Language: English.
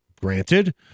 granted